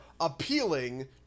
appealing